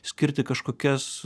skirti kažkokias